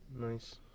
Nice